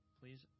please